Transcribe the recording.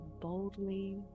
boldly